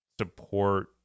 support